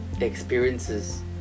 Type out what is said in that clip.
experiences